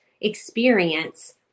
experience